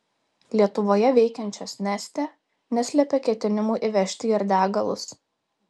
lietuvoje veikiančios neste neslepia ketinimų įvežti ir degalus